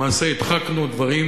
למעשה, הדחקנו דברים